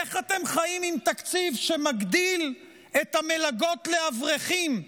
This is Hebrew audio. איך אתם חיים עם תקציב שמגדיל את המלגות לאברכים,